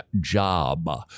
job